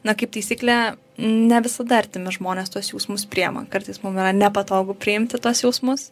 na kaip taisyklė ne visada artimi žmonės tuos jausmus priema kartais mum yra nepatogu priimti tuos jausmus